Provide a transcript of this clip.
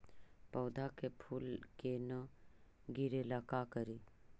पौधा के फुल के न गिरे ला का करि?